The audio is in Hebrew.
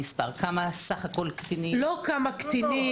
מאוד קטנים,